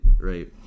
right